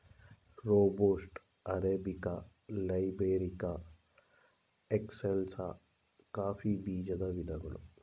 robusta, arabica, liberica, excelsa coffee ಬೀಜದ ವಿಧಗಳು